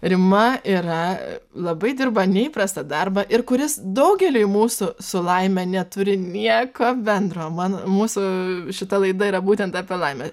rima yra labai dirba neįprastą darbą ir kuris daugeliui mūsų su laime neturi nieko bendro man mūsų šita laida yra būtent apie laimę